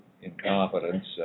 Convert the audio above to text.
incompetence